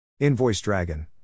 InvoiceDragon